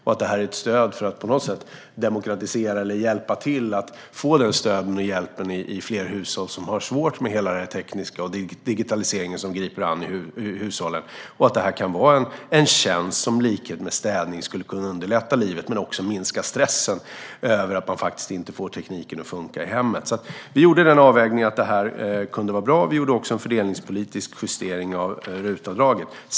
Detta är ett stöd för att på något sätt demokratisera, så att man kan få den hjälp och det stöd som man behöver i hushåll där man har svårt med det tekniska och med digitaliseringen. Detta kan då vara en tjänst som i likhet med städning skulle kunna underlätta livet och också minska stressen över att man inte får tekniken i hemmet att funka. Vi gjorde avvägningen att detta kunde vara bra. Vi gjorde också en fördelningspolitisk justering av RUT-avdraget.